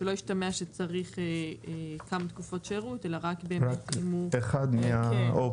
שלא ישתמע שצריך כמה תקופות שירות אלא רק --- רק אחד מהאופציות.